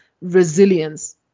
resilience